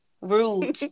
Rude